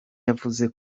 yavuze